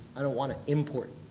i don't want to import.